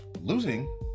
losing